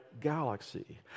galaxy